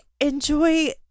enjoy